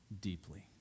deeply